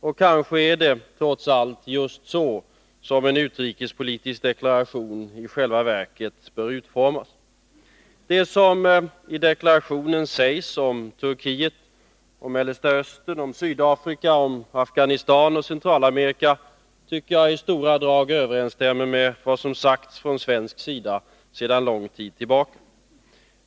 Och kanske är det — trots allt — just så som en utrikespolitisk deklaration i själva verket bör utformas. Det som i deklarationen sägs om Turkiet, Mellersta Östern, Sydafrika, Afghanistan och Centralamerika tycker jag i stora drag överensstämmer med vad som sagts från svensk sida sedan lång tid tillbaka.